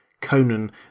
Conan